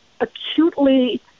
acutely